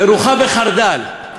מרוחה בחרדל.